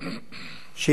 שאינן חוקיות,